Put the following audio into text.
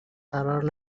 قرار